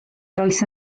does